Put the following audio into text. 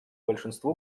большинство